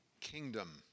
Kingdom